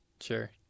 sure